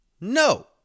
No